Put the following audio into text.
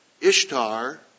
Ishtar